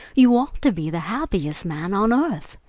you ought to be the happiest man on earth.